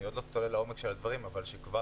אני עוד לא צולל לעומק של הדברים שכבר